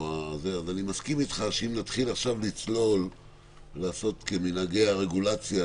אז אני מסכים איתך שאם נתחיל עכשיו לצלול ולעשות כמנהגי הרגולציה,